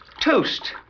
toast